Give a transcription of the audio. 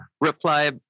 reply